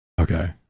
Okay